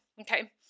Okay